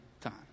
time